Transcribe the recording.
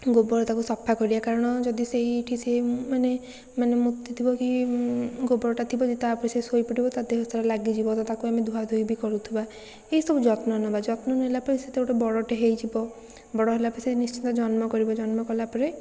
ଗୋବର ତାକୁ ସଫା କରିବା କାରଣ ଯଦି ସେଇଠି ସିଏ ମାନେ ମାନେ ମୁତିଥିବ କି ଗୋବରଟା ଥିବ କି ତା' ଉପରେ ସେ ଶୋଇ ପଡ଼ିବ ତା' ଦେହସାରା ଲାଗିଯିବ ତ ତାକୁ ଆମେ ଧୁଆଧୁଇ ବି କରୁଥିବା ଏଇସବୁ ଯତ୍ନ ନେବା ଯତ୍ନ ନେଲା ପରେ ସେ ତ ଗୋଟେ ବଡ଼ଟେ ହେଇଯିବ ବଡ଼ ହେଲା ପରେ ସେ ନିଶ୍ଚିତ ଜନ୍ମ କରିବ ଜନ୍ମ କଲାପରେ